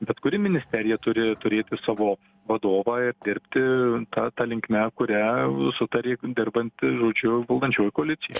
bet kuri ministerija turi turėti savo vadovą ir dirbti ta ta linkme kuria sutarė dirbant žodžiu valdančioji koalicija